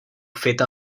feta